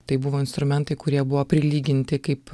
tai buvo instrumentai kurie buvo prilyginti kaip